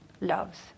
loves